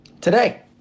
today